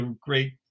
great